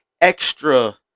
extra